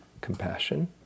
compassion